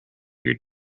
your